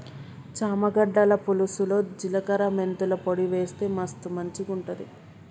చామ గడ్డల పులుసులో జిలకర మెంతుల పొడి వేస్తె మస్తు మంచిగుంటది